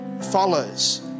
follows